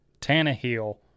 Tannehill